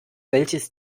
welches